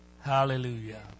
Hallelujah